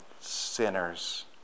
sinners